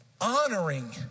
Honoring